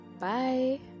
bye